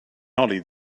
oli